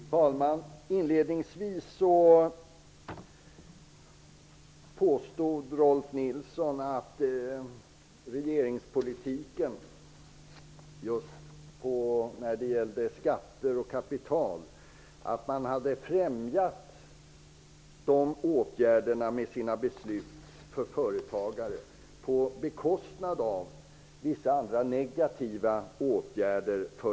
Fru talman! Inledningsvis påstod Rolf Nilson att regeringspolitiken när det gäller skatter och kapital hade främjat företagarna på bekostnad av de anställda, som hade drabbats av vissa negativa åtgärder.